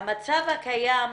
והמצב הקיים,